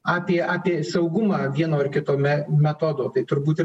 apie apie saugumą vieno ar kito me metodo tai turbūt ir